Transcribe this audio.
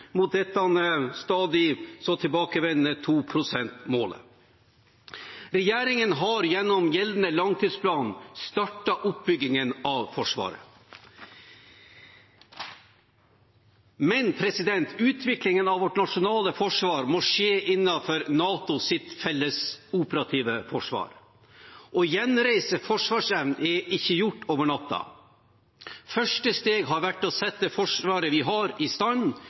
mot dette stadig tilbakevendende 2-prosentmålet. Regjeringen har gjennom gjeldende langtidsplan startet oppbyggingen av Forsvaret. Men utviklingen av vårt nasjonale forsvar må skje innenfor NATOs fellesoperative forsvar. Å gjenreise forsvarsevnen er ikke gjort over natten. Første steg har vært å sette i stand det forsvaret vi har. Grunnmuren var forvitret. Og Norge er NATO i